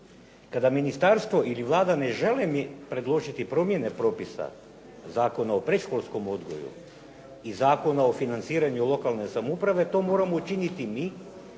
Kada ministarstvo ili Vlada ne želi promijeniti promjene propisa Zakona o predškolskom odgoju i Zakona o financiranju lokalne samouprave to moramo učiniti mi